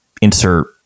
insert